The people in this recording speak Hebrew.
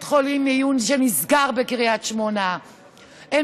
מיון בית חולים בקריית שמונה נסגר.